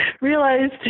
realized